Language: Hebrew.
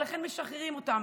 ולכן משחררים אותם.